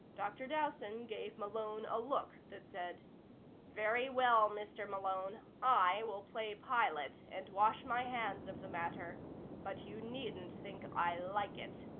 dr. dowson gave malone a look that said very well, mr. malone i will play pilate and wash my hands of the matter but you needn't think i like it.